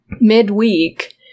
midweek